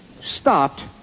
stopped